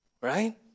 Right